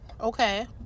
okay